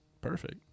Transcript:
Perfect